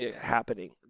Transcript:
happening